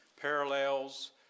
parallels